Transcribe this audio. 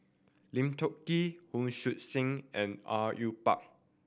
Lim Tiong Ghee Hon Sui Sen and Au Yue Pak